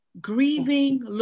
grieving